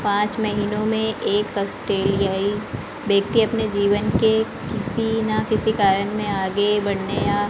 पाँच महीनों में एक अस्टेलियाई व्यक्ति अपने जीवन के किसी न किसी कारण में आगे बढ़ने या